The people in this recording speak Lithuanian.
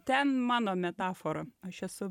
ten mano metafora aš esu